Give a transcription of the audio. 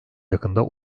yakında